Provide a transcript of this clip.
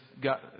got